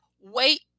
wait